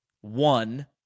one